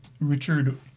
Richard